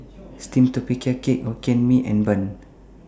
Steamed Tapioca Cake Hokkien Mee and Bun